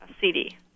CD